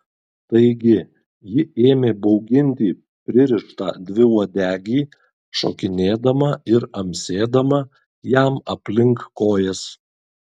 taigi ji ėmė bauginti pririštą dviuodegį šokinėdama ir amsėdama jam aplink kojas